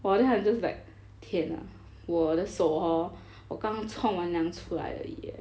!wah! then I just like 天啊我的手 hor 我刚冲完凉出来而已 eh